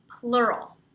plural